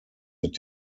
mit